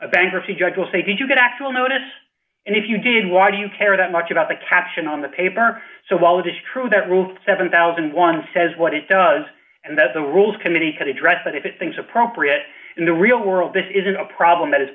bankruptcy judge will say did you get actual notice and if you did why do you care that much about the caption on the paper so while it is true that rules seven thousand and one says what it does and that's the rules committee could address that if things are appropriate in the real world this isn't a problem that is